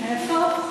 מאיפה?